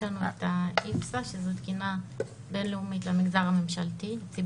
יש לנו את האיפסה שזאת תקינה בין-לאומית למגזר הממשלתי-ציבורי,